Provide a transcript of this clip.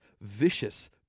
vicious